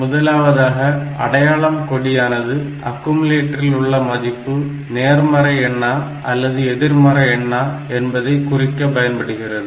முதலாவதாக அடையாளம் கொடியானது ஆக்குமுலட்டரில் உள்ள மதிப்பு நேர்மறை எண்ணா அல்லது எதிர்மறை எண்ணா என்பதை குறிக்க பயன்படுகிறது